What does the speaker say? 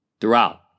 throughout